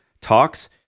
talks